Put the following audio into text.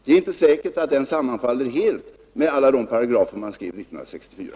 Det är inte säkert att den sammanfaller helt med det program man skrev 1964.